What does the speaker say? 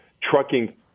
trucking